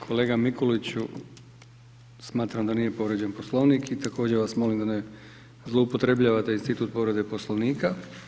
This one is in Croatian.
Kolega Mikuliću, smatram da nije povrijeđen Poslovnik i također vas molim da ne zloupotrebljavate institut povrede Poslovnika.